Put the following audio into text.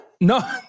No